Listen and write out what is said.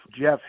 Jeff